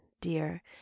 dear